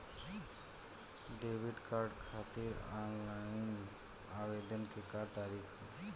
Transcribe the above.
Debit card खातिर online आवेदन के का तरीकि ह?